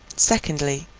secondly,